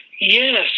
Yes